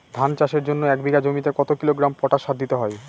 ধান চাষের জন্য এক বিঘা জমিতে কতো কিলোগ্রাম পটাশ সার দিতে হয়?